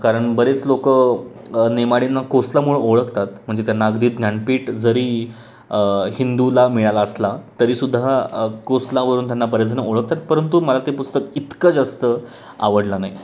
कारण बरेच लोकं नेमाडेंना कोसलामुळं ओळखतात म्हणजे त्यांना अगदी ज्ञानपीठ जरी हिंदूला मिळालं असला तरी सुद्धा कोसलावरून त्यांना बरेचजण ओळखतात परंतु मला ते पुस्तक इतकं जास्त आवडलं नाही